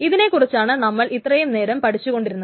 ഇതിനെക്കുറിച്ചാണ് നമ്മൾ ഇത്രയും നേരം പഠിച്ചു കൊണ്ടിരുന്നത്